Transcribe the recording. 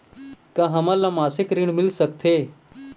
का हमन ला मासिक ऋण मिल सकथे?